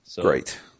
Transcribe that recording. Great